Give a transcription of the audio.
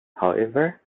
however